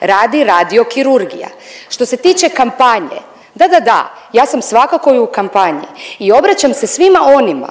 Radi radio kirurgija. Što se tiče kampanje, da, da, da ja sam svakako i u kampanji i obraćam se svima onima